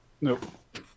Nope